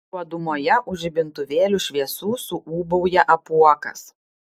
juodumoje už žibintuvėlių šviesų suūbauja apuokas